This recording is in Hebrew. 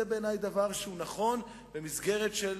זה בעיני דבר שהוא נכון במסגרת של